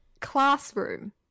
classroom